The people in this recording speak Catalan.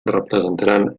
representaran